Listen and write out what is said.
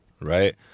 Right